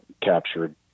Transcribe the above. captured